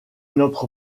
notre